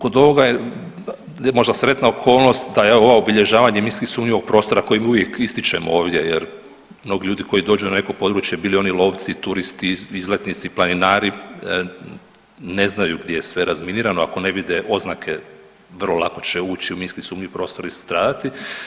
Kod ovoga je možda sretna okolnost da je ovo obilježavanje minski sumnjivog prostora koji uvijek ističemo ovdje jer mnogi ljudi koji dođu na neko područje bili oni lovci, turisti, izletnici, planinari ne znaju gdje je sve razminirano, ako ne vide oznake vrlo lako će ući u minski sumnjiv prostor i stradati.